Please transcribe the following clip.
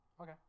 Okay